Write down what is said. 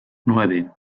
nueve